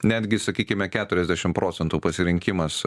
netgi sakykime keturiasdešimt procentų pasirinkimas